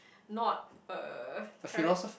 not a charac~